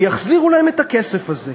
ויחזירו להם את הכסף הזה.